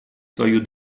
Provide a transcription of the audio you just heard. свою